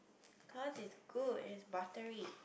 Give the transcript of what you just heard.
cause it's good and it's buttery